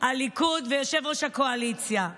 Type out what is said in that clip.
הליכוד ויושב-ראש הקואליציה,